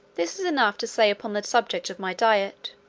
this is enough to say upon the subject of my diet,